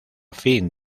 fin